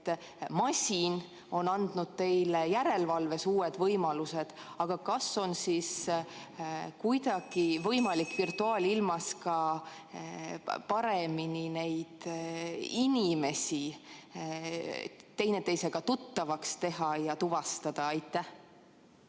tea. Masin on andnud teile järelevalves uued võimalused, aga kas on kuidagi võimalik virtuaalilmas ka paremini neid inimesi üksteisega tuttavaks teha ja tuvastada? Tänan